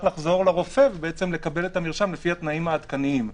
לחזור לרופא ולקבל את המרשם לפי התנאים העדכניים.